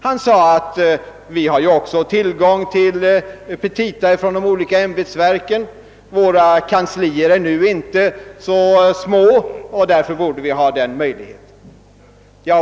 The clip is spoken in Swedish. Han sade att vi också har tillgång till petita från de olika ämbetsverken, våra kanslier är inte så små och därför borde vi ha den möjligheten.